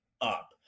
up